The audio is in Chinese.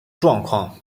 状况